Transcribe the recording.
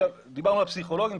דיברנו על פסיכולוגים,